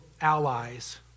allies